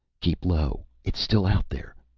keep low. it's still out there.